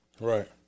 Right